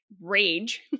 rage